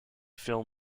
film